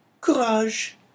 Courage